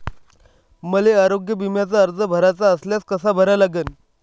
मले आरोग्य बिम्याचा अर्ज भराचा असल्यास कसा भरा लागन?